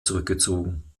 zurückgezogen